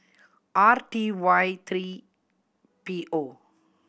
R T Y three P O